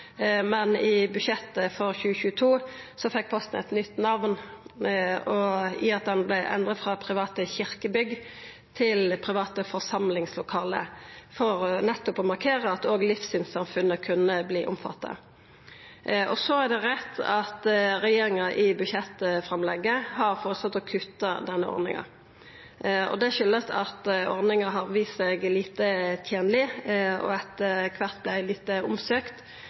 men i budsjettet for 2022 fekk posten eit nytt namn. Det vart endra frå private kyrkjebygg til private forsamlingslokale, nettopp for å markera at òg livssynssamfunn kunne verta omfatta. Det er rett at regjeringa i budsjettframlegget har føreslått å kutta denne ordninga. Det kjem av at ordninga har vist seg lite tenleg, og etter kvart lite omsøkt,